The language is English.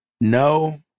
no